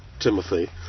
Timothy